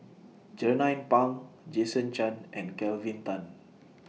Jernnine Pang Jason Chan and Kelvin Tan